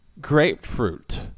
grapefruit